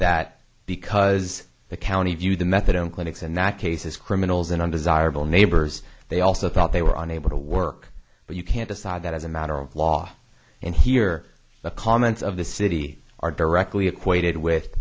that because the county viewed the methadone clinics in that case as criminals and undesirable neighbors they also thought they were unable to work but you can't decide that as a matter of law and here the comments of the city are directly equated with